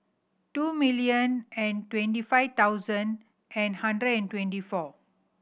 two million and twenty five thousand and hundred and twenty four